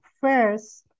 first